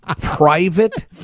Private